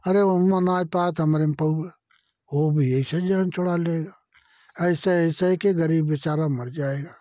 अरे उसमें नहीं पाए हमारे पाओगे हो भी ऐसे जान छुड़ा लेगा ऐसे ऐसे कि गरीब बेचारा मर जाएगा